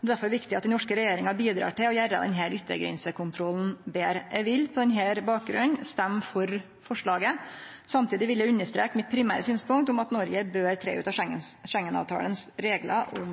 er derfor viktig at den norske regjeringa bidrar til å gjere denne yttergrensekontrollen betre. Eg vil på denne bakgrunnen stemme for forslaget. Samtidig vil eg understreke primærsynspunktet mitt om at Noreg bør tre ut av reglane om grensekontroll i Schengen-avtalen. Flere har ikke bedt om